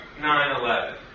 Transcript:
9-11